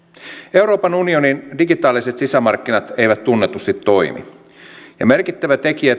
euroopan unionin digitaaliset sisämarkkinat eivät tunnetusti toimi ja merkittävä tekijä